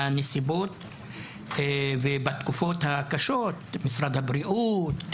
הנסיבות והתקופות הקשות משרד הבריאות,